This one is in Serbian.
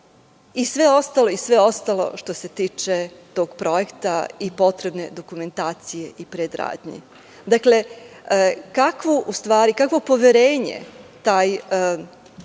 i sve ostalo što se tiče tog projekta i potrebne dokumentacije i predradnji. Kakvo poverenje taj ugovorni